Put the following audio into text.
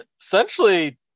essentially